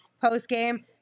post-game